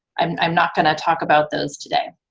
i'm not going to talk about those today.